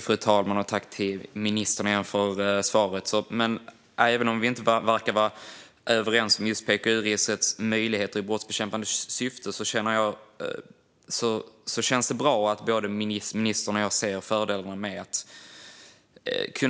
Fru talman! Jag tackar ministern för svaret. Även om vi inte verkar vara överens om just vilka möjligheter som finns med PKU-registret i brottsbekämpande syfte känns det bra att både ministern och jag ser fördelarna med att